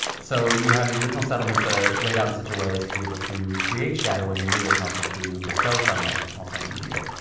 so you have these original settlements that are laid out in such a way as to be able to create shadow when you need it and also to bestow sunlight also when you need it.